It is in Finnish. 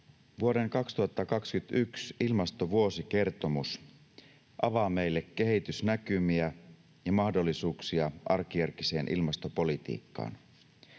Vuoden 2021 ilmastovuosikertomus avaa meille kehitysnäkymiä ja mahdollisuuksia arkijärkiseen ilmastopolitiikkaan.